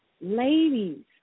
ladies